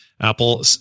Apple